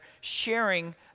sharing